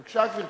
בבקשה, גברתי.